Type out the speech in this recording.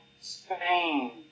Spain